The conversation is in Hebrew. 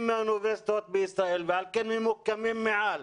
מהאוניברסיטאות בישראל ועל כן ממוקמים מעל.